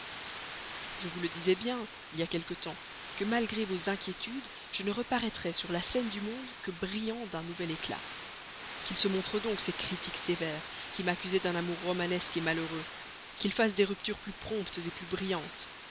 je vous le disais bien il y a quelque temps que malgré vos inquiétudes je ne reparaîtrais sur la scène du monde que brillant d'un nouvel éclat qu'ils se montrent donc ces critiques sévères qui m'accusaient d'un amour romanesque malheureux qu'ils fassent des ruptures plus promptes plus brillantes